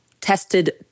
tested